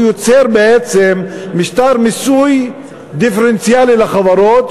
שהוא יוצר בעצם משטר מיסוי דיפרנציאלי לחברות,